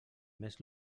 més